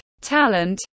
talent